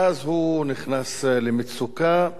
ואז הוא נכנס למצוקה,